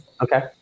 okay